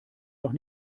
doch